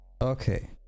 Okay